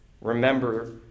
Remember